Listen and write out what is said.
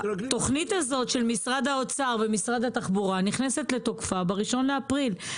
שהתכנית הזאת של משרד האוצר ומשרד התחבורה נכנסת לתוקף ב-1 באפריל.